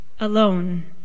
alone